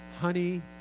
honey